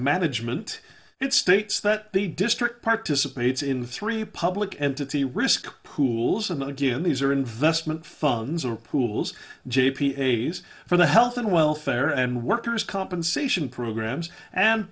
management it states that the district participates in three public entity risk pools and again these are investment funds or pools j p eighty's for the health and welfare and worker's compensation programs and